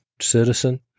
citizen